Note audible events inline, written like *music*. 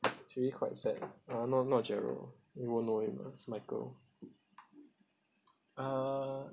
*noise* actually quite sad *noise* uh not not gerald you won't know him ah it's michael uh